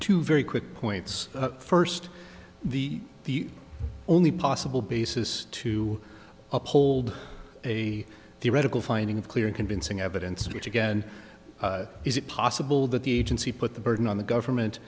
two very quick points first the the only possible basis to uphold a theoretical finding of clear and convincing evidence which again is it possible that the agency put the burden on the government